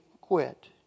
quit